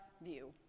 view